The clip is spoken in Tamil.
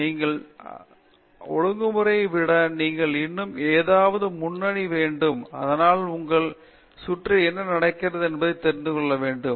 நீங்கள் சொந்த ஒழுங்குமுறை விட நீங்கள் இன்னும் ஏதாவது முன்னணி வேண்டும் அதனால் உங்களை சுற்றி என்ன நடக்கிறது என்று தெரிந்துகொள்ள வேண்டும்